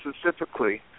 specifically